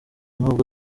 nubwo